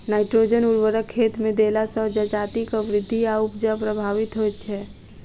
nitrogen उर्वरक खेतमे देला सॅ जजातिक वृद्धि आ उपजा प्रभावित होइत छै